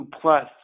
plus